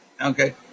okay